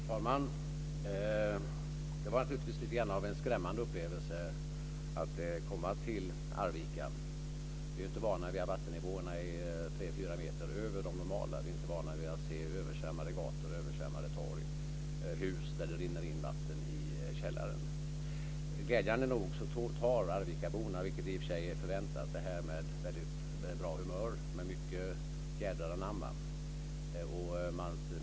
Fru talman! Det var naturligtvis en lite skrämmande upplevelse att komma till Arvika. Vi är ju inte vana vid att vattennivåerna är tre-fyra meter över de normala. Vi är inte vana vid att se översvämmade gator och torg och hus där det rinner in vatten i källaren. Glädjande nog tar arvikaborna, vilket i och för sig är förväntat, detta med väldigt bra humör och med mycket jädrar anamma.